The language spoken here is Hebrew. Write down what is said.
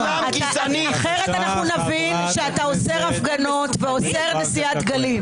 אחרת אנחנו נבין שאתה אוסר הפגנות ואוסר נשיאת דגלים.